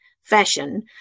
fashion